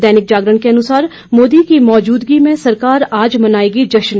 दैनिक जागरण के अनुसार मोदी की मौजूदगी में सरकार आज मनाएगी जश्न